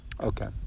Okay